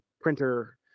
printer